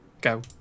go